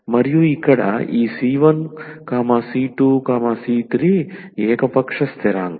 మరియు ఇక్కడ ఈ c1c2c3 ఏకపక్ష స్థిరాంకాలు